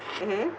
mmhmm